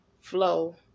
flow